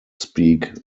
speak